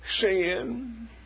Sin